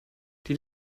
die